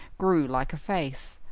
grew like a face.